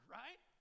right